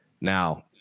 Now